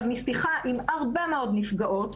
משיחה עם הרבה מאוד נפגעות,